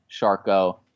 Sharko